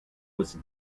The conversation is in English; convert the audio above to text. was